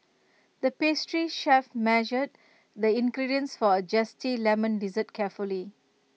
the pastry chef measured the ingredients for A Zesty Lemon Dessert carefully